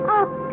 up